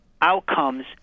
Outcomes